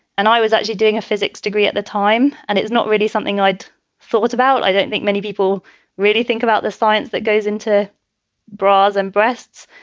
and i was actually doing a physics degree at the time. and it's not really something i'd thought about. i don't think many people really think about the science that goes into bras and breasts.